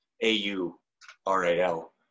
A-U-R-A-L